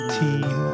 team